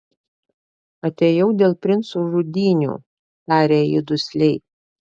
atėjau dėl princų žudynių tarė ji dusliai